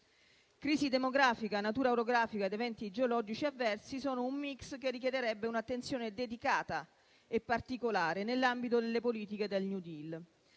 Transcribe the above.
Crisi demografica, natura orografica ed eventi geologici avversi sono un *mix* che richiederebbe un'attenzione dedicata e particolare nell'ambito delle politiche del *new green